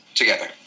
together